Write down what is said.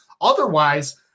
Otherwise